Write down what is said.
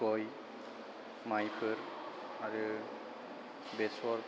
गय मायफोर आरो बेसर